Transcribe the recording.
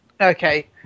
Okay